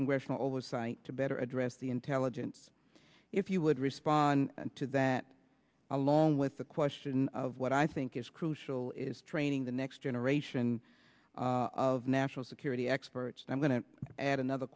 congressional oversight to better address the intelligence if you would respond to that along with the question of what i think is crucial is training the next generation of national security experts and i'm going to add another